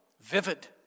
vivid